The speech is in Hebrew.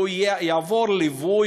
שהוא יעבור ליווי,